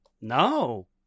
No